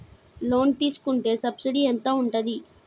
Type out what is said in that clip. Loan తీసుకుంటే subsidy ఎంత ఉంటది?